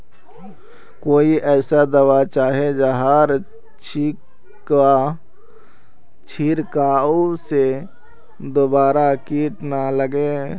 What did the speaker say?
कोई ऐसा दवा होचे जहार छीरकाओ से दोबारा किट ना लगे?